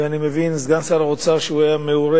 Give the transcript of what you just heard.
ואני מבין שסגן שר האוצר היה מעורה